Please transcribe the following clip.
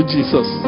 Jesus